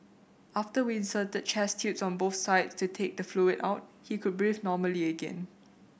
after we inserted chest tubes on both sides to take the fluid out he could breathe normally again